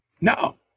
No